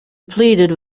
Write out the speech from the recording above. pleaded